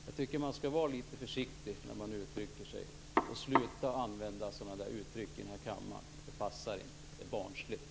Jag tycker att man skall vara litet försiktig när man uttrycker sig och sluta att använda sådana uttryck i kammaren som Carina Moberg använde. Det passar inte. Det är barnsligt.